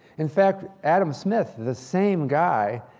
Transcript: in fact, adam smith, the same guy,